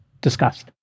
discussed